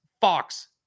Fox